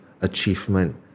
achievement